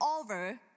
over